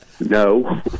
no